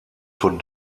von